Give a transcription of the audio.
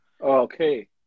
okay